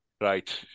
Right